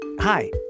Hi